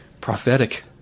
prophetic